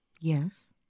Yes